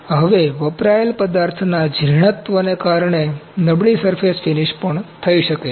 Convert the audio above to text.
હવે વપરાયેલા પદાર્થના જીર્ણત્વને કારણે નબળીસરફેસ ફિનિશ પણ થઈ શકે છે